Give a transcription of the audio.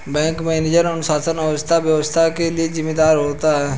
bank manager अनुशासन अथवा व्यवसाय के लिए जिम्मेदार होता है